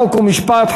חוק ומשפט,